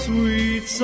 Sweet